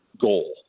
goal